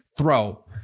Throw